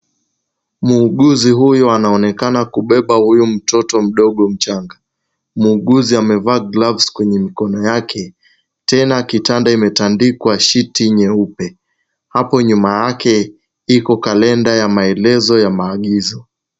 Muuguzi huyu anaonekana kubeba huyu mtoto mdogo mchanga, muuuguzi amevaa gloves kwenye mkono yake tena kitanda imetandikwa shiti nyeupe. Hapo nyuma yake iko kalenda ya maelezo ya maagizo.